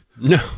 No